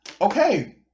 okay